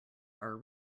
are